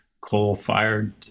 coal-fired